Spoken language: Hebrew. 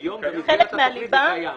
היום במסגרת התוכנית זה קיים.